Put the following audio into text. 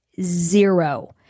Zero